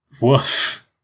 Woof